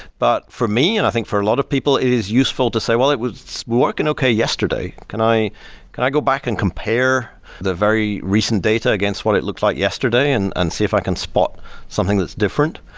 but for me and i think for a lot of people, it is useful to say, well, it was working okay yesterday. can i can i go back and compare the very recent data against what it looks like yesterday and and see if i can spot something that's different?